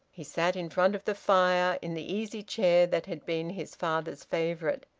he sat in front of the fire, in the easy chair that had been his father's favourite.